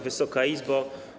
Wysoka Izbo!